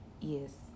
yes